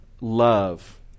love